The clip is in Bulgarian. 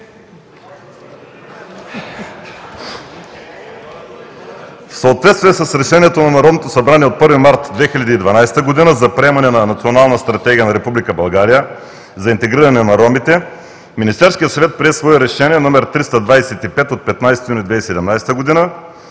В съответствие с решението на Народното събрание от 1 март 2012 г. за приемане на Национална стратегия на Република България за интегриране на ромите Министерският съвет прие свое Решение № 325 от 15 юни 2017 г.